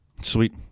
Sweet